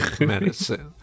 medicine